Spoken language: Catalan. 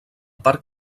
parc